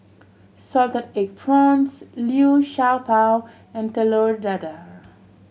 salted egg prawns Liu Sha Bao and Telur Dadah